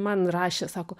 man rašė sako